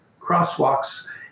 crosswalks